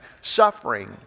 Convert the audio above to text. suffering